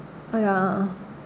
!aiya!